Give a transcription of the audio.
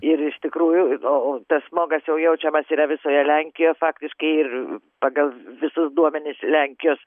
ir iš tikrųjų o tas smogas jau jaučiamas yra visoje lenkijoje faktiškai ir pagal visus duomenis lenkijos